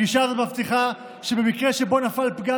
הגישה הזאת מבטיחה שבמקרה שבו נפל פגם